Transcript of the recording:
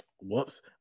Whoops